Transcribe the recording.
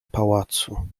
pałacu